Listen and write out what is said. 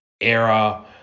era